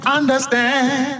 understand